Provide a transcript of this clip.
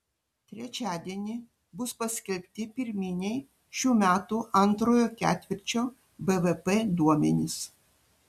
trečiadienį bus paskelbti pirminiai šių metų antrojo ketvirčio bvp duomenys